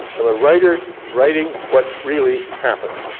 i'm a writer, writing what really happened,